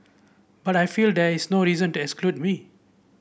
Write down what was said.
but I feel there is no reason to exclude we